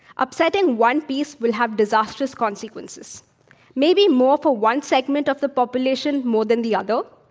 upsetting one piece will have disastrous consequences maybe more for one segment of the population more than the other,